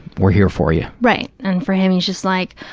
we're here for you. right. and for him, he's just like,